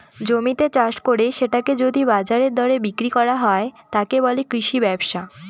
জমিতে চাষ করে সেটাকে যদি বাজারের দরে বিক্রি করা হয়, তাকে বলে কৃষি ব্যবসা